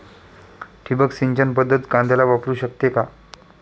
ठिबक सिंचन पद्धत कांद्याला वापरू शकते का?